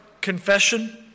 confession